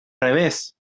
revés